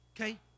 Okay